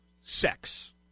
sex